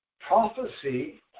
prophecy